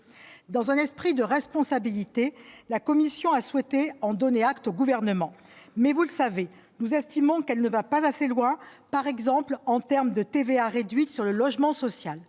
dans un esprit de responsabilité, la commission a souhaité en donner acte au gouvernement, mais vous le savez nous estimant qu'elle ne va pas assez loin, par exemple en termes de TVA réduite sur le logement social,